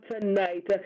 tonight